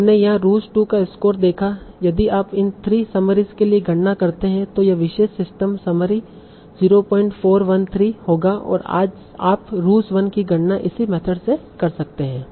तो हमने यहां रूज 2 का स्कोर देखा यदि आप इन 3 समरीस के लिए गणना करते हैं तो यह विशेष सिस्टम समरी 0413 होगा और आप रूज 1 की गणना इसी मेथड से कर सकते हैं